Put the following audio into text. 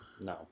no